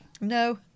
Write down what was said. No